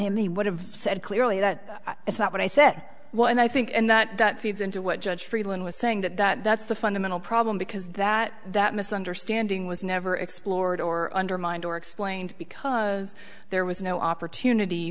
him he would have said clearly that it's not what i said what i think and that that feeds into what judge friedman was saying that that that's the fundamental problem because that that misunderstanding was never explored or undermined or explained because there was no opportunity